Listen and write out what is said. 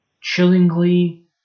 chillingly